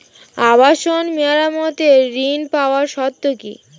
আবাসন মেরামতের ঋণ পাওয়ার শর্ত কি?